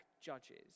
Judges